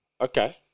Okay